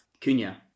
Cunha